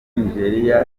nigeria